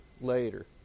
later